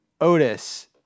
Otis